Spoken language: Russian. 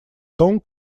том